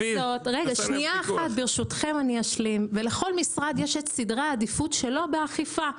שנייה אחת ברשותכם אשלים ולכל משרד יש את סדרי העדיפות שלו באכיפה.